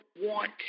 want